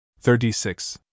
Thirty-six